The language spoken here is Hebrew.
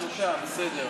שלושה, בסדר.